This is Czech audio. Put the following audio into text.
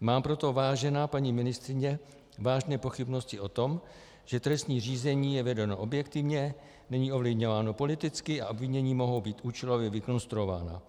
Mám proto, vážená paní ministryně, vážné pochybnosti o tom, že trestní řízení je vedeno objektivně, není ovlivňováno politicky a obvinění mohou být účelově vykonstruovaná.